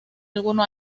alguno